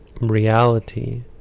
reality